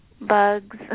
bugs